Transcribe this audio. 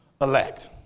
elect